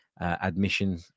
admission